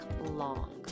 long